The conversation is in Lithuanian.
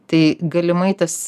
tai galimai tas